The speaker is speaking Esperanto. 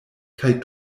kaj